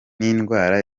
n’indwara